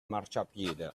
marciapiede